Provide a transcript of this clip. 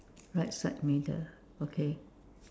right side middle okay